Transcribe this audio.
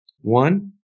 One